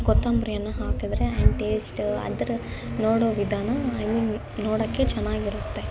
ಕೊತ್ತಂಬ್ರಿಯನ್ನು ಹಾಕಿದ್ರೆ and taste ಅದ್ರ ನೋಡೋ ವಿಧಾನ ಐ ಮೀನ್ ನೋಡೋಕ್ಕೆ ಚೆನ್ನಾಗಿರುತ್ತೆ